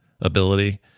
ability